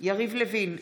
יריב לוין,